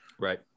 right